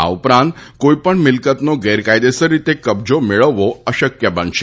આ ઉપરાંત કોઇપણ મિલકતનો ગેરકાયદેસર રીતે કબજો મેળવવો અશકય બનશે